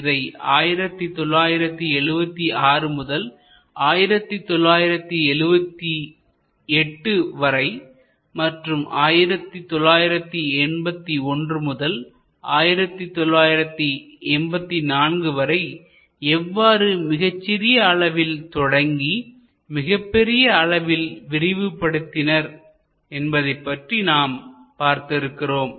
இதை 1976 முதல் 1978 வரை மற்றும் 1981 முதல் 1984 வரை எவ்வாறு மிகச்சிறிய அளவில் தொடங்கி மிகப்பெரிய அளவில் விரிவுபடுத்தினார் என்பதைப்பற்றி நாம் பார்த்திருக்கிறோம்